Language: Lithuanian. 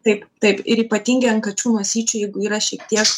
taip taip ir ypatingai ant kačių nosyčių jeigu yra šiek tiek